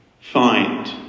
find